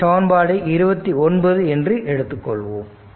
இதை சமன்பாடு 29 என்று எடுத்துக் கொள்வோம்